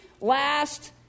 last